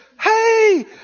Hey